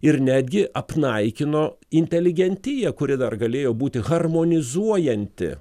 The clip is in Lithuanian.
ir netgi apnaikino inteligentiją kuri dar galėjo būti harmonizuojanti